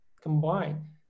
combine